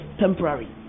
temporary